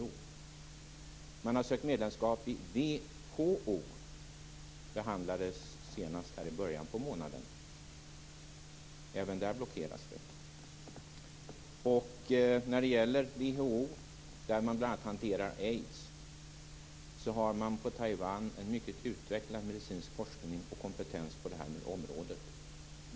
Landet har också sökt medlemskap i WHO. Det behandlades senast i början av månaden. Även där blockeras Taiwan. WHO hanterar ju bl.a. frågan om aids. I Taiwan har man en mycket utvecklad medicinsk forskning och kompetens på det området.